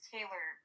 Taylor